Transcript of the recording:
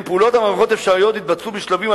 פעולות המערכות האפשריות יתבצעו בשלבים,